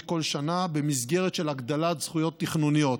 כל שנה במסגרת של הגדלת זכויות תכנוניות,